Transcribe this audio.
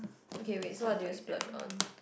okay wait so what do you splurge on